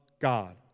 God